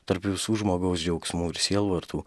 tarp visų žmogaus džiaugsmų ir sielvartų